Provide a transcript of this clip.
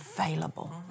available